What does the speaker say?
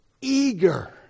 eager